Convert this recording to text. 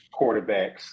quarterbacks